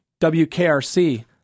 WKRC